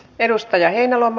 edustaja heinäluoma